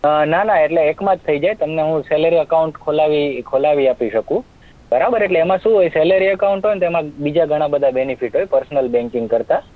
ના ના એટલે એકમાં જ થઈ જાય તમને હું સેલરી અકાઉન્ટ ખોલાવી આપી શકું બરાબર એટલે એમાં શું હોય સેલરી અકાઉંટ હોય ને તો એમાં બીજા ઘણા બધા બેનિફિટ હોય પર્સનલ બેન્કિંગ કરતાં